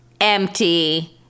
empty